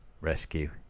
rescue